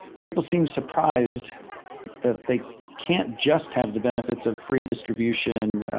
people seemed surprised that they can't just have the benefits of free distribution,